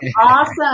awesome